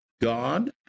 God